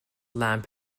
lamp